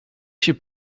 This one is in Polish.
się